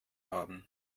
haben